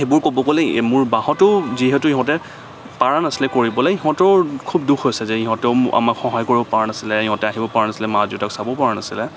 সেইবোৰ ক'ব গ'লে মোৰ বাহঁতেও যিহেতু ইহঁতে পাৰা নাছিলে কৰিবলৈ ইহঁতেও খুব দুখ হৈছে যে ইহঁতেও আমাক সহায় কৰিব পৰা নাছিলে সিহঁতে আহিব পৰা নাছিলে মা দেউতাক চাব পৰা নাছিলে